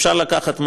אפשר לקחת,